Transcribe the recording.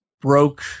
broke